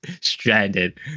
stranded